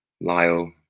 Lyle